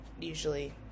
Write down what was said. usually